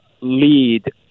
lead